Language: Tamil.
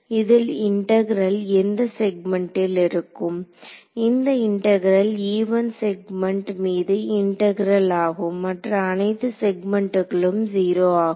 இதில் இன்டகிரேல் எந்த செக்மென்ட்டில் இருக்கும் இந்த இன்டகிரேல் செக்மெண்ட் மீது இன்டகிரேல் ஆகும் மற்ற அனைத்து செக்மெண்ட்களுக்கும் 0 ஆகும்